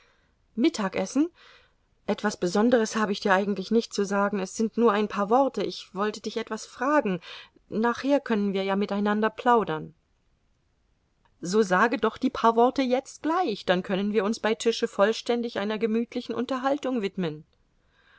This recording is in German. essen etwas besonderes habe ich dir eigentlich nicht zu sagen es sind nur ein paar worte ich wollte dich etwas fragen nachher können wir ja miteinander plaudern so sage doch die paar worte jetzt gleich dann können wir uns bei tische vollständig einer gemütlichen unterhaltung widmen